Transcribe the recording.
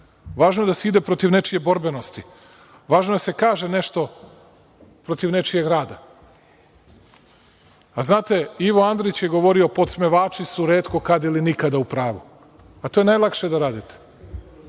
Važno je da se ide protiv nečije borbenosti. Važno je da se kaže nešto protiv nečijeg rada. Znate, Ivo Andrić je govorio, podsmevači su retko kada ili nikada u pravu. Pa, to je najlakše da radite.